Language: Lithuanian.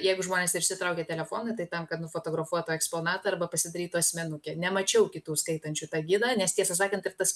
jeigu žmonės išsitraukia telefoną tai tam kad nufotografuotų eksponatą arba pasidarytų asmenukę nemačiau kitų skaitančių tą gidą nes tiesą sakant ir tas